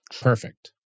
Perfect